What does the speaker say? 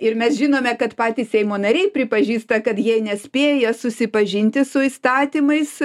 ir mes žinome kad patys seimo nariai pripažįsta kad jie nespėja susipažinti su įstatymais